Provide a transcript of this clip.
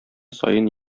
саен